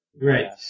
Right